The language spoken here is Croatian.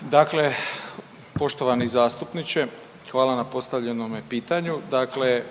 Dakle, poštovani zastupniče hvala na postavljenome pitanju, Dakle,